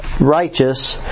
righteous